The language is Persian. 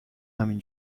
همین